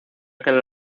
que